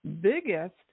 biggest